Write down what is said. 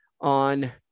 on